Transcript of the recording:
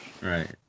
Right